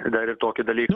dar ir tokį dalyką